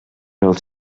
els